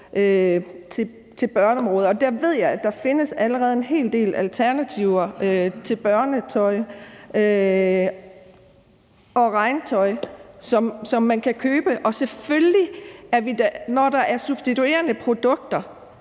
findes en hel del alternativer til børnetøj og regntøj, som man kan købe. Og når der er substituerende produkter,